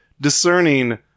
discerning